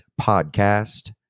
Podcast